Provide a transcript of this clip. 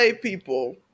people